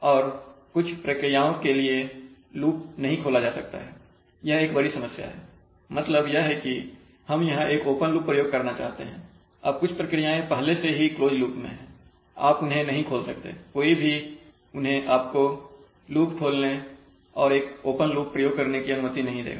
और कुछ प्रक्रियाओं के लिए लूप नहीं खोला जा सकता है यह एक बड़ी समस्या है इसका मतलब यह है कि हम यहाँ एक ओपन लूप प्रयोग करना चाहते हैं अब कुछ प्रक्रियाएं पहले से ही क्लोज लूप में हैं आप उन्हें नहीं खोल सकते हैं कोई भी उन्हें आपको लूप खोलने और एक ओपन लूप प्रयोग करने की अनुमति नहीं देगा